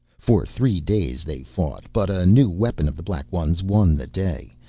for three days they fought, but a new weapon of the black ones won the day,